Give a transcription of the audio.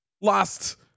lost